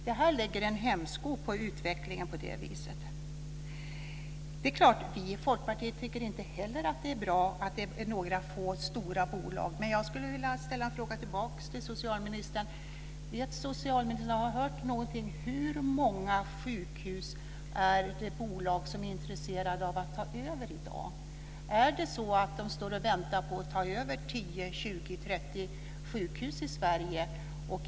Det här lägger en hämsko på utvecklingen på det viset. Det är klart att inte heller vi i Folkpartiet tycker det är bra att det är några få stora bolag. Men jag skulle vilja ställa en fråga tillbaka till socialministern. Har socialministern hört något om hur många sjukhus det är bolag som är intresserade av att ta över i dag? Är det så att de står och väntar på att ta över 10, 20 eller 30 sjukhus i Sverige?